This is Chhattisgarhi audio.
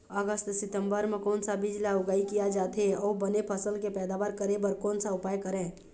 अगस्त सितंबर म कोन सा बीज ला उगाई किया जाथे, अऊ बने फसल के पैदावर करें बर कोन सा उपाय करें?